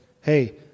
hey